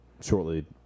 shortly